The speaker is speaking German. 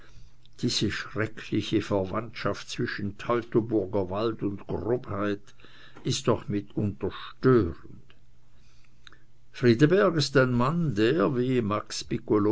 diese schreckliche verwandtschaft zwischen teutoburger wald und grobheit ist doch mitunter störend friedeberg ist ein mann der wie max